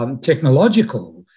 technological